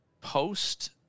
post